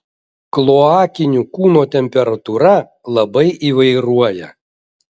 kloakinių kūno temperatūra labai įvairuoja